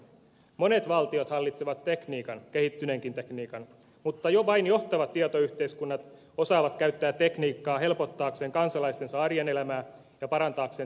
monet valtiot hallitsevat tekniikan kehittyneenkin tekniikan mutta vain johtavat tietoyhteiskunnat osaavat käyttää tekniikkaa helpottaakseen kansalaistensa arjen elämää ja parantaakseen työn tuottavuutta